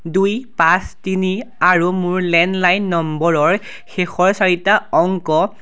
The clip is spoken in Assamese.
দুই পাঁচ তিনি আৰু মোৰ লেণ্ডলাইন নম্বৰৰ শেষৰ চাৰিটা অংক